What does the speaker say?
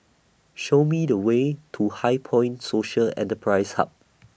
Show Me The Way to HighPoint Social Enterprise Hub